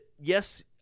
Yes